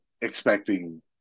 expecting